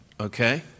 Okay